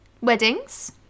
Weddings